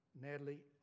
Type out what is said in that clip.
Natalie